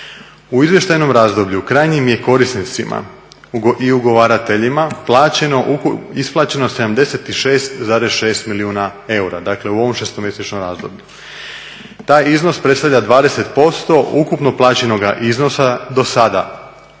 U izvještajnom razdoblju krajnjim je korisnicima i ugovarateljima plaćeno ukupno, isplaćeno 76,6 milijuna eura, dakle u ovom šestomjesečnom razdoblju. Taj iznos predstavlja 20% ukupno plaćenoga iznosa dosada,